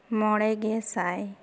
ᱢᱚᱬᱮ ᱜᱮᱥᱟᱭ